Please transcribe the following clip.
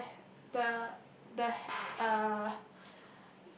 uh the h~ the h~ uh